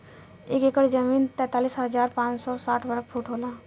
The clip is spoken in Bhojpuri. एक एकड़ जमीन तैंतालीस हजार पांच सौ साठ वर्ग फुट होला